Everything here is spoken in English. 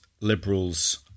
liberals